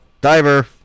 Diver